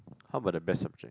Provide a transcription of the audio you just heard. how about the best subject